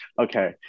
okay